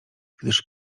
gdyż